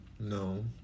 no